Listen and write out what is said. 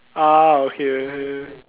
ah okay okay